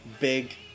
big